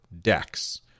decks